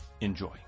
Enjoy